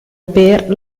per